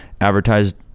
advertised